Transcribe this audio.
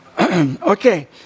Okay